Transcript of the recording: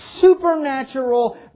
supernatural